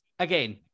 Again